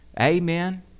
Amen